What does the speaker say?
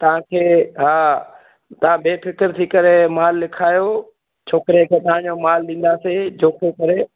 तव्हांखे हा तव्हां बेफ़िकरु थी करे माल लिखायो छोकिरे खे तव्हांजो माल ॾींदासीं जोखे करे